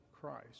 Christ